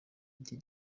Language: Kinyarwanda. iki